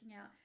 out